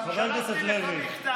שלחתי לך מכתב.